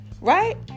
Right